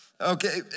Okay